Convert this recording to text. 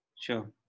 sure